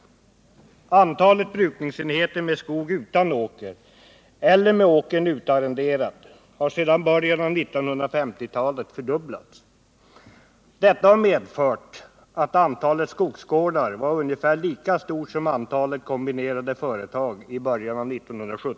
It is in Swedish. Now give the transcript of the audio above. Antalet brukningsenheter med skog utan åker eller med åkern utarrenderad har sedan början av 1950-talet fördubblats. Detta har medfört att i början av 1970-talet antalet skogsgårdar var ungefär lika stort som antalet kombinerade företag.